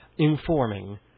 informing